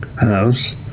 house